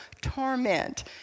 torment